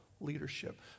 leadership